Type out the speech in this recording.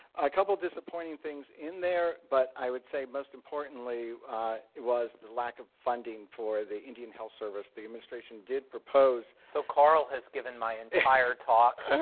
a couple dispienlting things in there, but i would say most importantly was the lack of funding for the indian health service, the administration did propose so carl has given my entire talk